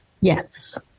Yes